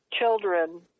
children